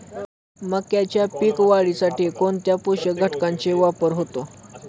मक्याच्या पीक वाढीसाठी कोणत्या पोषक घटकांचे वापर होतो?